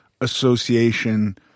association